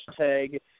hashtag